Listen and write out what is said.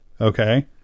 Okay